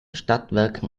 stadtwerken